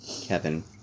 Kevin